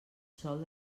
sol